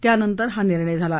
त्यानंतर हा निर्णय झाला